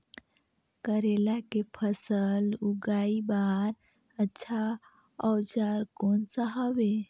करेला के फसल उगाई बार अच्छा औजार कोन सा हवे?